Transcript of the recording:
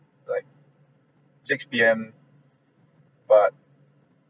like six P_M but